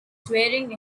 swearing